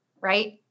right